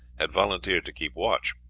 had volunteered to keep watch,